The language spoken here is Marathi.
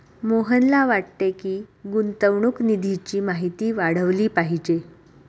मोहनला वाटते की, गुंतवणूक निधीची माहिती वाढवली पाहिजे